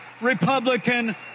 Republican